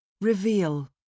Reveal